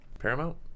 Paramount